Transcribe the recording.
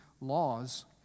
laws